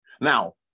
Now